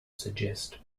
suggest